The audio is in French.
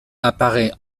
apparaît